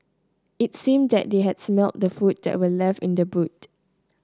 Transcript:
it seemed that they had smelt the food that were left in the boot